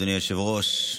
אדוני היושב-ראש,